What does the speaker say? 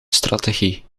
strategie